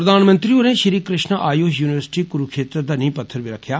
प्रधानमंत्री होरें श्री कृश्णा आयुश युनिवर्सिटी कुरुक्षेत्र दा नींह पत्थर बी रक्खेआ